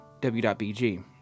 w.bg